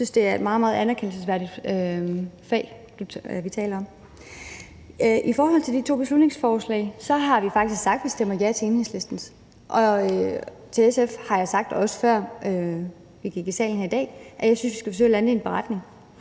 Jeg synes, det er et meget, meget anerkendelsesværdigt fag, vi taler om. I forhold til de to beslutningsforslag har vi faktisk sagt, at vi stemmer ja til Enhedslistens, og til SF har jeg sagt, også før jeg gik i salen her i dag, at jeg synes, vi skal forsøge at lande en beretning,